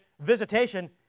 visitation